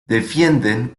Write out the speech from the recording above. defienden